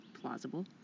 plausible